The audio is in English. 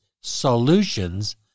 Solutions